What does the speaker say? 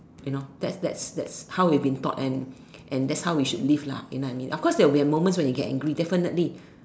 you know that that that's how we've been taught and and that's how we should live lah you know what I mean of course there will be a moments when you will get angry definitely